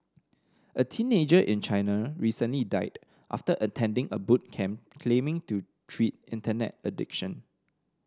a teenager in China recently died after attending a boot camp claiming to treat Internet addiction